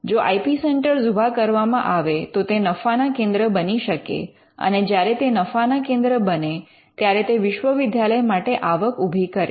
જો I P centre ઉભા કરવામાં આવે તો તે નફાના કેન્દ્ર બની શકે અને જ્યારે તે નફાના કેન્દ્ર બને ત્યારે તે વિશ્વવિદ્યાલય માટે આવક ઊભી કરે